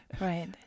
right